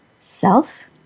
self